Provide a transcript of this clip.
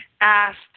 asked